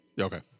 Okay